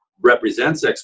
represents